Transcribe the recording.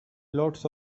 lots